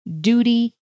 duty